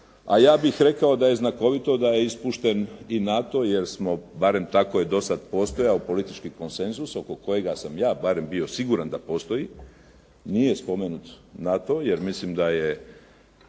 A ja bih rekao da je znakovito da je ispušten i NATO jer smo, barem tako je do sada postojao politički konsenzus oko kojega sam barem ja bio siguran da postoji, nije spomenut NATO, jer mislim da je